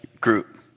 group